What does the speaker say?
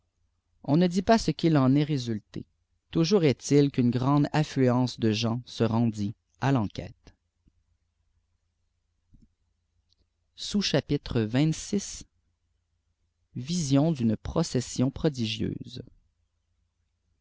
on ne dit pas ce qu'il en est résulté toujours est-il quune grande affluènce de gens se rendit à l'enquête